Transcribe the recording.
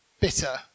bitter